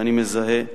שאני מזהה ולומד,